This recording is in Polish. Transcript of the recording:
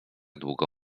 długo